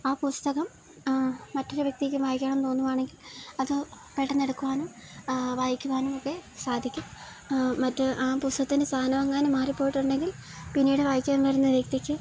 ആ പുസ്തകം മറ്റൊരു വ്യക്തിക്ക് വായിക്കണമെന്ന് തോന്നുകയാണെങ്കിൽ അത് പെട്ടെന്നെടുക്കുവാനും വായിക്കുവാനുമൊക്കെ സാധിക്കും മറ്റ് ആ പുസ്തകത്തിന്റെ സ്ഥാനമെങ്ങാനും മാറിപ്പോയിട്ടുണ്ടെങ്കിൽ പിന്നീട് വായിക്കാൻ വരുന്ന വ്യക്തിക്ക്